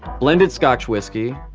blended scotch whiskey,